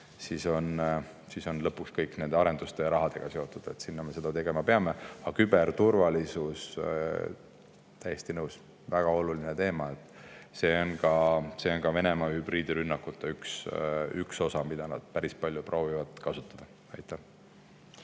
siis on lõpuks kõik nende arenduste ja rahadega seotud. Seda me tegema peame. Aga küberturvalisus, täiesti nõus, on väga oluline teema. [Küberründed] on ka Venemaa hübriidrünnakute üks osa, mida nad päris palju proovivad kasutada. Jaak